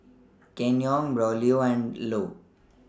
Kenyon Braulio and Ilo